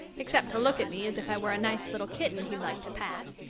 except to look at me as if i were a nice little kitten he'd like to pat.